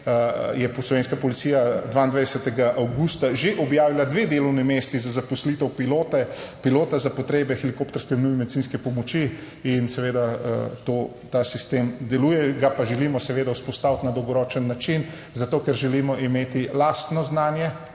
je slovenska policija 22. avgusta že objavila dve delovni mesti za zaposlitev pilota za potrebe helikopterske nujne medicinske pomoči in seveda ta sistem deluje. Ga pa želimo seveda vzpostaviti na dolgoročen način zato, ker želimo imeti lastno znanje,